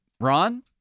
Ron